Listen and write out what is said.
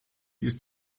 ist